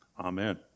Amen